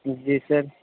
جی سر